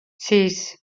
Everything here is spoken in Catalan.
sis